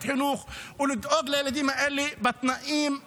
חינוך ולדאוג לילדים האלה בתנאים האלה.